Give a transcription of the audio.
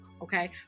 Okay